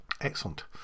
Excellent